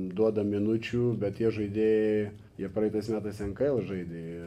duoda minučių bet tie žaidėjai jie praeitais metais nkl žaidė